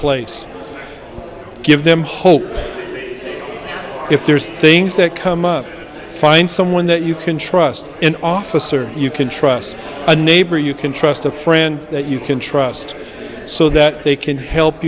place give them hope if there's things that come up find someone that you can trust an officer you can trust a neighbor you can trust a friend that you can trust so that they can help